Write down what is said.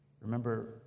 remember